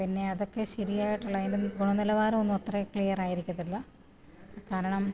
പിന്നെ അതൊക്കെ ശരിയായിട്ടുള്ള അതിൻ്റെ ഗുണനിലവാരം ഒന്നും അത്ര ക്ലിയർ ആയിരിക്കത്തില്ല കാരണം